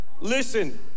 Listen